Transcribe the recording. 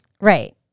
Right